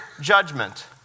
judgment